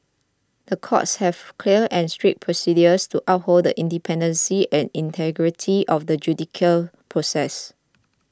the courts have clear and strict procedures to uphold the independence and integrity of the judicial process